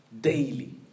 daily